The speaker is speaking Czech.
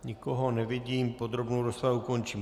Nikoho nevidím, podrobnou rozpravu končím.